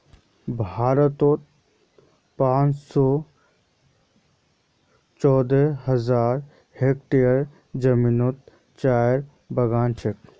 भारतोत पाँच सौ चौंसठ हज़ार हेक्टयर ज़मीनोत चायेर बगान छे